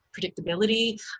predictability